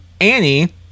Annie